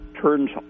turns